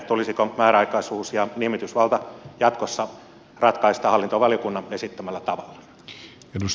tulisiko määräaikaisuus ja nimitysvalta jatkossa ratkaista hallintovaliokunnan esittämällä tavalla